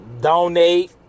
Donate